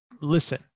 listen